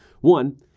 One